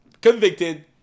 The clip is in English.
Convicted